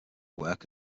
work